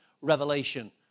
revelation